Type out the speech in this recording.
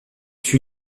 fut